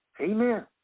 Amen